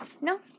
No